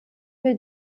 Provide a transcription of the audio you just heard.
wir